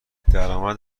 درآمد